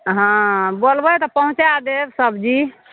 हँ बोलबै तऽ पहुँचै देब सबजी